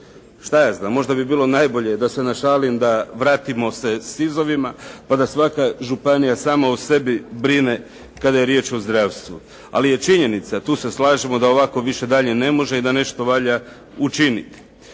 vlast. Možda bi bilo najbolje da se našalim da vratimo se SIZ-ovima pa da svaka županija sama o sebi brine kada je riječ o zdravstvu, ali je činjenica tu se slažemo da ovako više dalje ne može i da nešto valja učiniti.